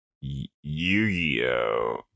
Yu-Gi-Oh